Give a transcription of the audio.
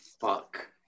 fuck